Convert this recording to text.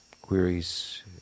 queries